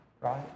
right